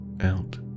Out